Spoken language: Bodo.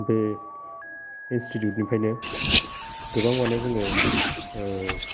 बे इनस्टिटिउटनिफ्रायनो गोबां माने जोङो